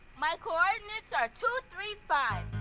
my coordinates are two three five.